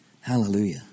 Hallelujah